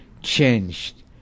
changed